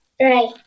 Right